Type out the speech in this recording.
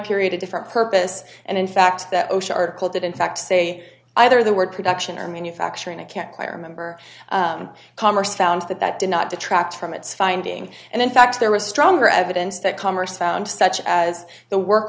period a different purpose and in fact that osha article did in fact say either the word production and manufacturing i can't quite remember commerce found that that did not detract from its finding and in fact there was stronger evidence that commerce found such as the work